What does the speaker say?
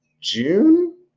June